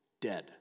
dead